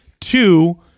two